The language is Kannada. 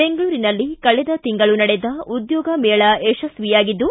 ಬೆಂಗಳೂರಿನಲ್ಲಿ ಕಳೆದ ತಿಂಗಳು ನಡೆದ ಉದ್ಯೋಗ ಮೇಳ ಯಶಸ್ವಿಯಾಗಿದ್ದು